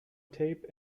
tape